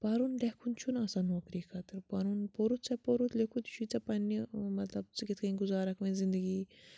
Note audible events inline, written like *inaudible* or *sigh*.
پَرُن لٮ۪کھُن چھُنہٕ آسان نوکری خٲطرٕ *unintelligible* پوٚرُتھ ژےٚ پوٚرُتھ لیوٚکھُتھ یہِ چھُے ژےٚ پنٛنہِ مطلب ژٕ کِتھ کٔنۍ گُزارَکھ وۄنۍ زندگی